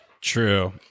True